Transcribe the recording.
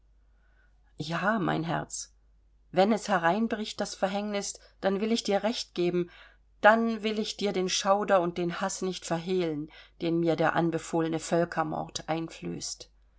ja mein herz wenn es hereinbricht das verhängnis dann will ich dir recht geben dann will ich dir den schauder und den haß nicht verhehlen den mir der anbefohlene völkermord einflößt